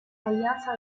alianza